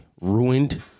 ruined